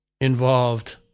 involved